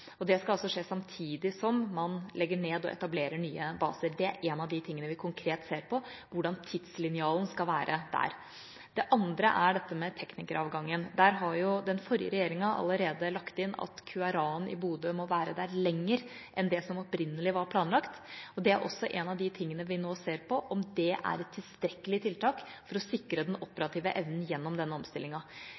Det skal skje samtidig som man legger ned og etablerer nye baser. Dette er en av de tingene vi konkret ser på – hvordan tidslinjen skal være. Det andre er dette med teknikeravgangen. Der har den forrige regjeringa allerede lagt inn at QRA-en i Bodø må være der lenger enn det som opprinnelig var planlagt. Det er også en av de tingene vi nå ser på – om det er et tilstrekkelig tiltak for å sikre den operative evnen gjennom denne